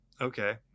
okay